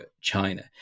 China